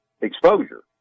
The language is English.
exposure